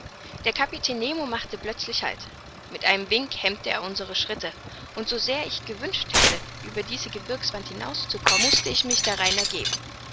der kapitän nemo machte plötzlich halt mit einem wink hemmte er unsere schritte und so sehr ich gewünscht hätte über diese gebirgswand hinaus zu kommen mußte ich mich darein ergeben